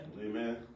Amen